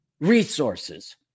Resources